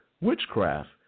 witchcraft